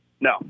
No